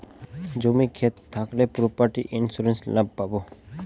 জমি ক্ষেত থাকলে প্রপার্টি ইন্সুরেন্স লাভ পাবো